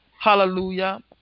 Hallelujah